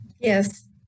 Yes